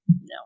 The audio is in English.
no